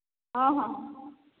ହଁ ହଁ